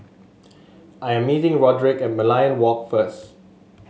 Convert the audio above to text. I am meeting Roderic at Merlion Walk first